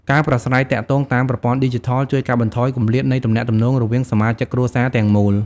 ការប្រាស្រ័យទាក់ទងតាមប្រព័ន្ធឌីជីថលជួយកាត់បន្ថយគម្លាតនៃទំនាក់ទំនងរវាងសមាជិកគ្រួសារទាំងមូល។